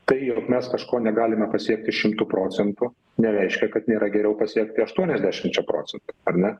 tai jog mes kažko negalime pasiekti šimtu procentų nereiškia kad nėra geriau pasiekti aštuoniasdešimčia procentų ar ne